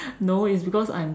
no it's because I'm